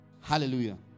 Hallelujah